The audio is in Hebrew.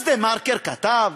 אז "דה-מרקר" כתב,